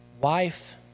wife